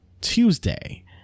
Tuesday